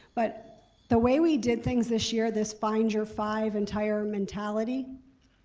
but the way we did things this year, this find your five entire mentality?